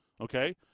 Okay